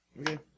Okay